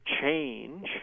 change